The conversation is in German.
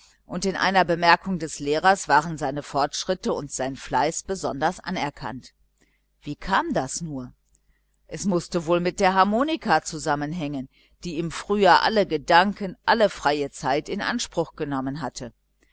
und in einer bemerkung des lehrers waren seine fortschritte und sein fleiß besonders anerkannt wie kam das nur es mußte wohl mit der harmonika zusammenhängen die ihm früher alle gedanken alle freie zeit in anspruch genommen hatte